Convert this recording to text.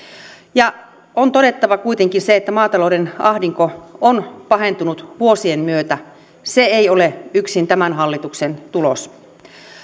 ja on todettava kuitenkin se että maatalouden ahdinko on pahentunut vuosien myötä se ei ole yksin tämän hallituksen tulos